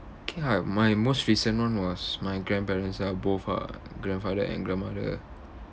okay ah my most recent one was my grandparents ah both uh grandfather and grandmother